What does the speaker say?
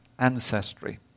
Ancestry